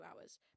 hours